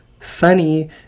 Sunny